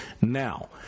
Now